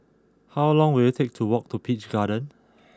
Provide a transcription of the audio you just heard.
how long will it take to walk to Peach Garden